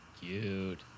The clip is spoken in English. Cute